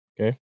Okay